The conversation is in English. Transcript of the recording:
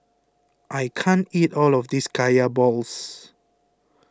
I can't eat all of this Kaya Balls